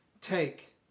take